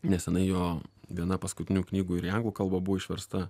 nesenai jo viena paskutinių knygų ir į lenkų kalbą buvo išversta